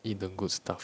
eat the good stuff